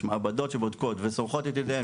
יש מעבדות שבודקות וסומכות את ידיהן